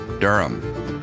Durham